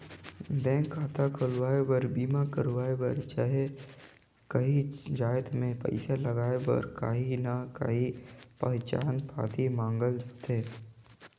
bank खाता खोलवाए बर, बीमा करवाए बर चहे काहींच जाएत में पइसा लगाए बर काहीं ना काहीं पहिचान पाती मांगल जाथे